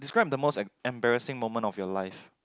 describe the most em~ embarrassing moment of your life